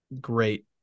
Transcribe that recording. great